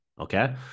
okay